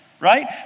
right